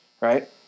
right